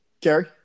Gary